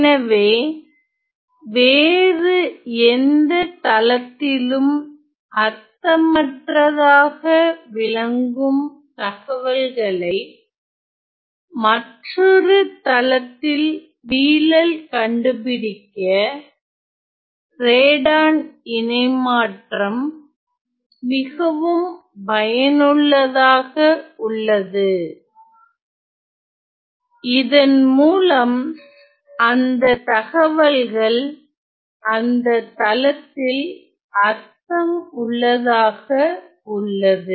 எனவே வேறு எந்த தளத்திலும் அர்த்தமற்றதாக விளங்கும் தகவல்களை மற்றொரு தளத்தில் வீழல் கண்டுபிடிக்க ரேடான் இணைமாற்றம் மிகவும் பயனுள்ளதாக உள்ளது இதன் மூலம் அந்த தகவல்கள் அந்த தளத்தில் அர்த்தம் உள்ளதாக உள்ளது